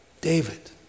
David